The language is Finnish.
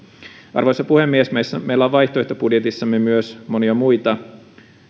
arvoisa puhemies meillä on vaihtoehtobudjetissamme myös monia muita